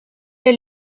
est